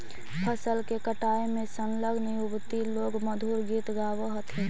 फसल के कटाई में संलग्न युवति लोग मधुर गीत गावऽ हथिन